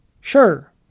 sure